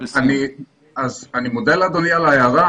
אני מודה לאדוני על הערה.